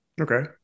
Okay